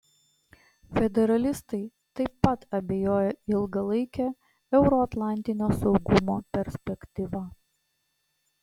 federalistai taip pat abejoja ilgalaike euroatlantinio saugumo perspektyva